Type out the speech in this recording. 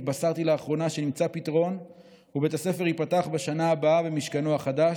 התבשרתי לאחרונה שנמצא פתרון ובית הספר ייפתח בשנה הבאה במשכנו החדש.